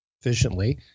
efficiently